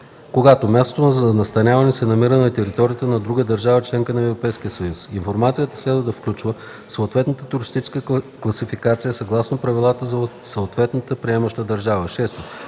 когато мястото на настаняване се намира на територията на друга държава – членка на Европейския съюз, информацията следва да включва съответната туристическа класификация съгласно правилата в съответната приемаща държава;